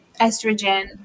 estrogen